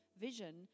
vision